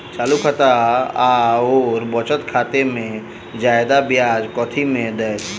चालू खाता आओर बचत खातामे जियादा ब्याज कथी मे दैत?